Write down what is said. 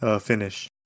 finish